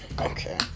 Okay